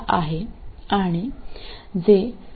9 mv ന് തുല്യമാണെന്നും ഇത് മാറുന്നു